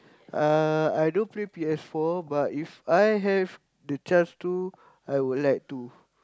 uh I don't play P_S-four but if I have the chance to I would like to